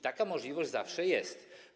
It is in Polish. Taka możliwość zawsze jest.